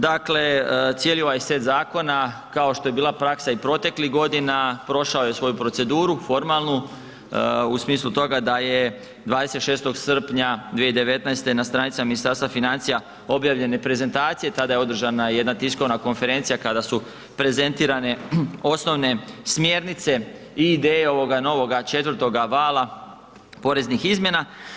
Dakle, cijeli ovaj set zakona kao što je bila praksa i proteklih godina prošao je svoju proceduru formalnu u smislu toga da je 26. srpnja 2019. na stranicama Ministarstva financija objavljene prezentacija, tada je održana jedna tiskovna konferencija kada su prezentirane osnovne smjernice i ideje ovoga novoga 4. vala poreznih izmjena.